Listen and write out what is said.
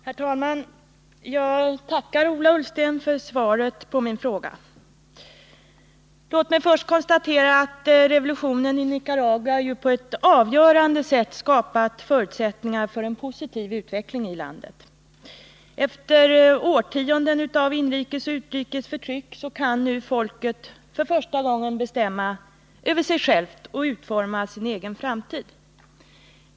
Herr talman! Jag tackar Ola Ullsten för svaret på min fråga. Låt mig först konstatera att revolutionen i Nicaragua på ett avgörande sätt har skapat förutsättningar för en positiv utveckling i landet. Efter årtionden avinrikes och utrikes förtryck kan nu folket för första gången bestämma över sig självt och utforma sin egen framtid.